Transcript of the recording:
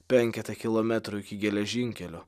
penketą kilometrų iki geležinkelio